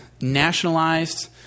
nationalized